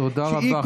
תודה רבה.